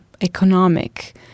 economic